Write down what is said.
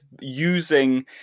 using